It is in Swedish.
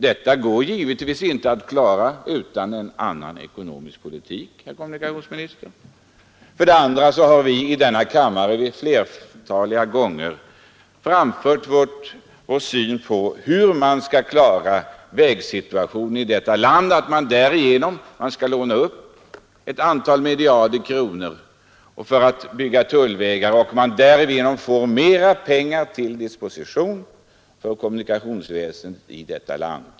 Vi kan för det första inte klara detta utan en annan ekonomisk politik, herr kommunikationsminister. För det andra har vi i denna kammare ett flertal gånger framfört vår syn på hur man skall klara vägsituationen i detta land genom att låna upp ett antal miljarder kronor för att bygga tullvägar, varigenom man får mera pengar till disposition för kommunikationsväsendet i detta land.